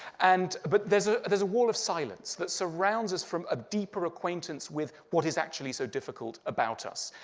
and but there's ah there's a wall of silence that surrounds us from a deeper acquaintance with what is actually so difficult about us.